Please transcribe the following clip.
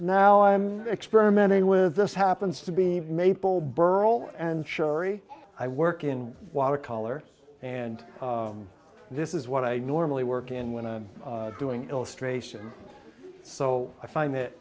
now i'm experimenting with this happens to be maple burl and cherry i work in water color and this is what i normally work in when i'm doing illustration so i find that